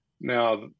Now